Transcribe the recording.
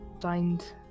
find